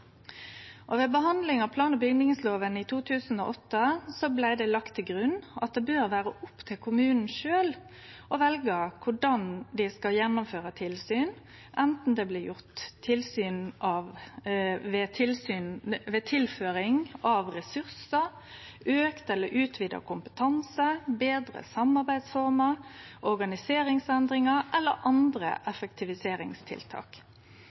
Ved behandlinga av plan- og bygningsloven i 2008 blei det lagt til grunn at det bør vere opp til kommunane sjølve å velje korleis dei skal gjennomføre tilsyn, enten det blir gjort ved tilføring av ressursar, auka eller utvida kompetanse, betre samarbeidsformer, organiseringsendringar eller andre